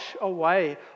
away